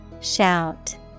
Shout